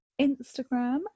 Instagram